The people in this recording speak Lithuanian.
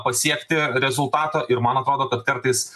pasiekti rezultato ir man atrodo kad kartais